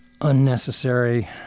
unnecessary